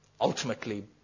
ultimately